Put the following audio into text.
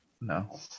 no